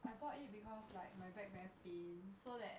I bought it because like my back very pain so that